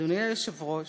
"אדוני היושב-ראש,